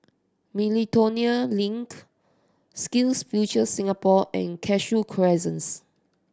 Miltonia Link Skills Future Singapore and Cashew Crescents